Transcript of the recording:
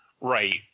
right